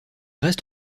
reste